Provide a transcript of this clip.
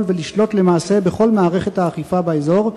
ולשלוט למעשה בכל מערכת האכיפה באזור,